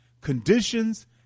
conditions